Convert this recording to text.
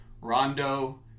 Rondo